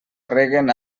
reguen